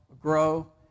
grow